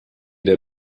der